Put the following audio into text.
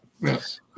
Yes